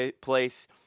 place